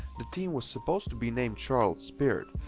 the team was supposed to be named charlotte spirit,